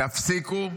תפסיקו,